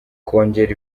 kongera